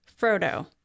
Frodo